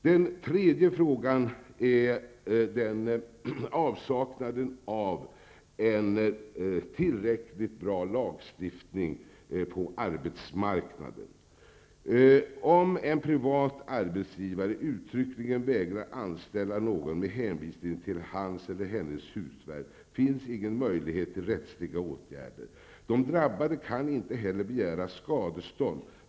Den tredje frågan handlar om avsaknaden av en tillräckligt bra lagstiftning när det gäller arbetsmarknaden. Om en privat arbetsgivare uttryckligen vägrar anställa någon med hänvisning till hans eller hennes hudfärg, finns det ingen möjlighet till rättsliga åtgärder. Den som drabbas kan inte heller begära skadestånd.